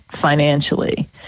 financially